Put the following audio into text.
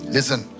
Listen